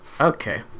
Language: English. Okay